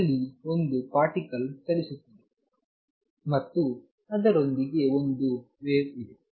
ಅಲ್ಲಿ ಒಂದು ಪಾರ್ಟಿಕಲ್ ಚಲಿಸುತ್ತಿದೆ ಮತ್ತು ಅದರೊಂದಿಗೆ ಒಂದು ವೇವ್ ಇದೆ